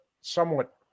somewhat